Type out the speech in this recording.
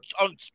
on